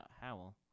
Howell